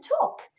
talk